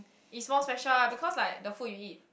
is more special ah because like the food you eat